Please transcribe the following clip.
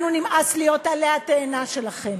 לנו נמאס להיות עלה התאנה שלכם.